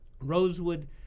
Rosewood